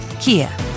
Kia